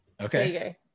okay